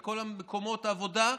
את כל מקומות העבודה,